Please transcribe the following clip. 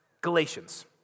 Galatians